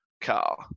car